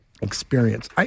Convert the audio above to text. experience